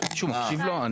מישהו מקשיב לו?